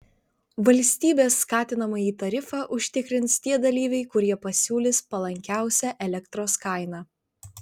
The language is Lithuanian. valstybės skatinamąjį tarifą užsitikrins tie dalyviai kurie pasiūlys palankiausią elektros kainą